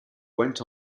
went